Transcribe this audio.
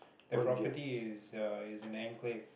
the property is a is unclaimed